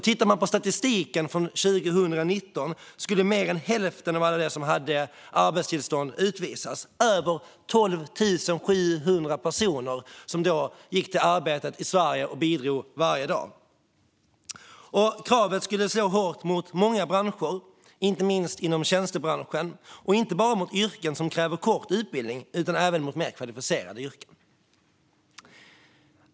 Tittar man på statistiken från 2019 ser man att mer än hälften av alla som hade arbetstillstånd skulle utvisas. Det handlar om över 12 700 personer, som gick till arbetet i Sverige och bidrog varje dag. Kravet skulle slå hårt mot många branscher, inte minst inom tjänstesektorn, och inte bara mot yrken som kräver kort utbildning utan även mot mer kvalificerade yrken.